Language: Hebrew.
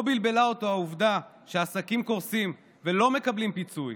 לא בלבלה אותו העובדה שעסקים קורסים ולא מקבלים פיצוי,